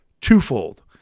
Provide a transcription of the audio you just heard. twofold